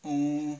oo